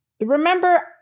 Remember